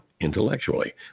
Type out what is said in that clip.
intellectually